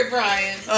Brian